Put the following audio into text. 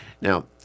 Now